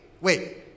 wait